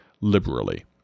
liberally